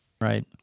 Right